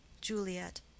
Juliet